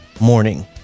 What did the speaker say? Morning